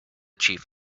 chief